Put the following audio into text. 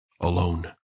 Alone